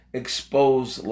expose